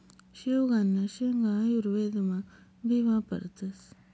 शेवगांना शेंगा आयुर्वेदमा भी वापरतस